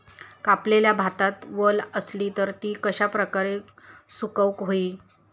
कापलेल्या भातात वल आसली तर ती कश्या प्रकारे सुकौक होई?